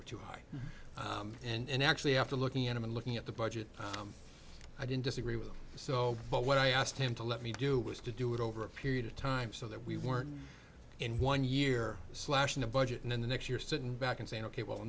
were too high and actually after looking at him and looking at the budget i didn't disagree with so but when i asked him to let me do was to do it over a period of time so that we weren't in one year slashing a budget and then the next year sitting back and saying ok well